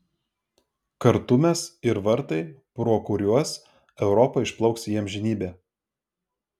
kartu mes ir vartai pro kuriuos europa išplauks į amžinybę